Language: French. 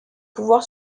pouvoir